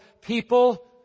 people